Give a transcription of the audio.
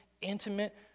intimate